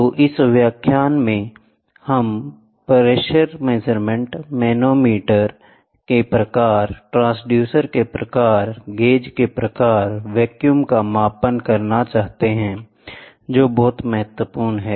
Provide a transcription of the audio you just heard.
तो इस व्याख्यान में हम प्रेशर मेजरमेंट मैनोमीटर के प्रकार ट्रांसड्यूसर के प्रकार गेज के प्रकार वेक्यूम का मापन करना चाहते हैं जो बहुत महत्वपूर्ण है